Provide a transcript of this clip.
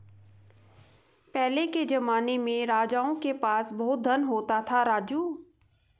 पहले के जमाने में राजाओं के पास बहुत धन होता था, राजू